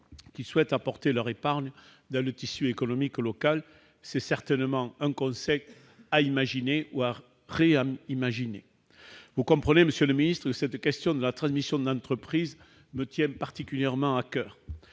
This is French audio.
qui souhaitent apporter leur épargne dans le tissu économique local. C'est certainement un concept à imaginer ou à réimaginer. Vous comprenez, monsieur le secrétaire d'État, que cette question de la transmission d'entreprise me tient particulièrement à coeur.